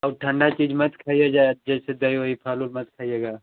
अब ठंडी चीज़ मत खाइएगा जैसे दही वही फल उल मत खाइएगा